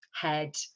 head